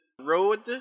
road